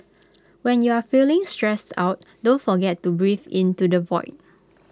when you are feeling stressed out don't forget to breathe into the void